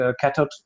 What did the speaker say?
cathode